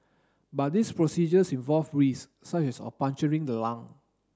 but these procedures involve risks such as of puncturing the lung